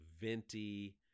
venti